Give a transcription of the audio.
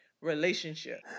relationship